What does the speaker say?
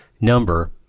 Number